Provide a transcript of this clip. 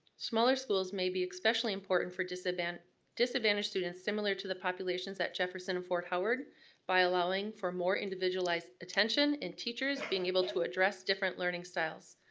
smaller schools may be especially important for disadvantaged disadvantaged students similar to the populations at jefferson and fort howard by allowing for a more individualized attention and teachers being able to address different learning styles.